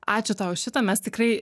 ačiū tau šito mes tikrai